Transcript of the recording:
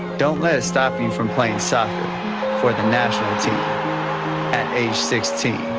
don't let it stop you from playing soccer for the national team at age sixteen.